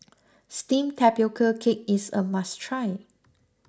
Steamed Tapioca Cake is a must try